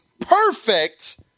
perfect